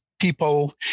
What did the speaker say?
People